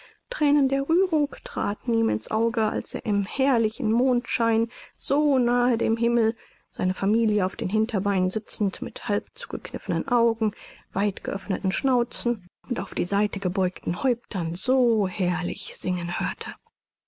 thränen der rührung traten ihm in's auge als er im herrlichen mondschein so nah dem himmel seine familie auf den hinterbeinen sitzend mit halbzugekniffenen augen weitgeöffneten schnauzen und auf die seite gebeugten häuptern so herrlich singen hörte